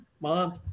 mom